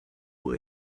who